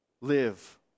Live